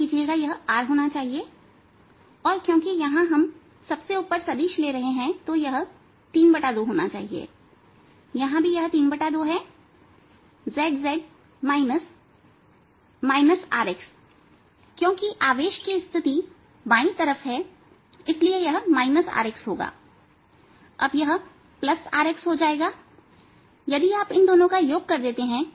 माफ कीजिएगा यह r होना चाहिए और क्योंकि यहां हम सबसे ऊपर सदिश ले रहे हैं तो यह 32 होना चाहिए यहां भी यह 32 है zzसदिश क्योंकि आवेश की स्थिति बाई तरफ है इसलिए यह rx होगा अब यह rx हो जाएगा यदि आप इन दोनों का योग कर देते हैं